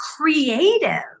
creative